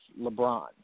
LeBron